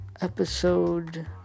episode